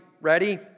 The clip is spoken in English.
Ready